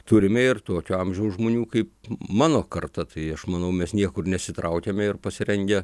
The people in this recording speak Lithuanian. turime ir tokio amžiaus žmonių kaip mano karta tai aš manau mes niekur nesitraukiame ir pasirengę